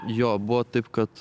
jo buvo taip kad